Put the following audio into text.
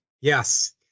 Yes